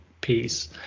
piece